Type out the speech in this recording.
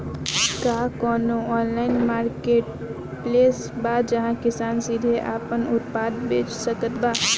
का कउनों online marketplace बा जहां किसान सीधे आपन उत्पाद बेच सकत बा?